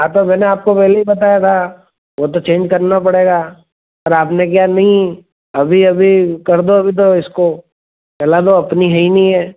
हाँ तो मैने आपको पहले ही बताया था वह तो चेंज करना पड़ेगा पर आपने कहा नहीं अभी अभी कर दो अभी तो इसको चला दो अपनी है ही नहीं है